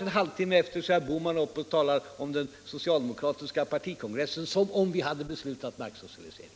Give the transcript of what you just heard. En halvtimme därefter var herr Bohman uppe och talade om den socialdemokratiska partikongressen som om vi hade beslutat marksocialisering.